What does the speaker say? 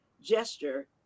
gesture